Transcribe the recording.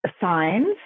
signs